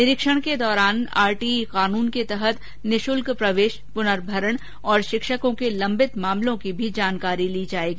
निरीक्षण के दौरान आरटीई कानून के तहत निशुल्क प्रवेश पुनर्भरण और शिक्षकों के लंबित मामलों की भी जानकारी ली जाएगी